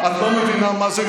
את לא מבינה מה גורם לצמיחה.